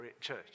church